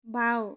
বাওঁ